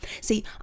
See